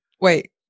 wait